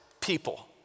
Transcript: people